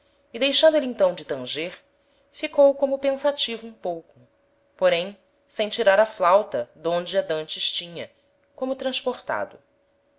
e deixando êle então de tanger ficou como pensativo um pouco porém sem tirar a flauta d'onde a d'antes tinha como transportado